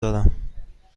دارم